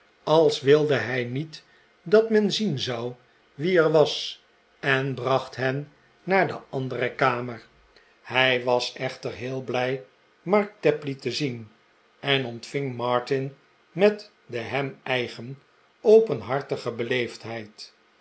als wilde hij niet dat men zien zou wie er was en bracht hen naar de andere kamer hij was echter heel blij mark tapley te zien en ontving martin met de hem eigen openhartige